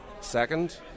second